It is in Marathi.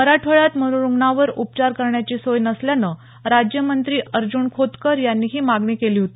मराठवाड्यात मनोरुग्णांवर उपचार करण्याची सोय नसल्यानं राज्यमंत्री अर्ज्ञन खोतकर यांनी ही मागणी केली होती